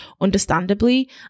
understandably